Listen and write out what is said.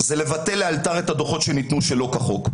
זה לבטל לאלתר את הדוחות שניתנו שלא כחוק.